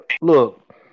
look